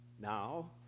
Now